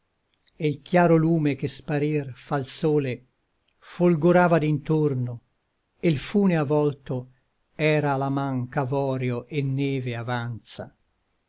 l chiaro lume che sparir fa l sole folgorava d'intorno e l fune avolto era a la man ch'avorio et neve avanza